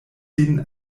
sin